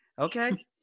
Okay